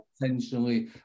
Intentionally